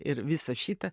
ir visą šitą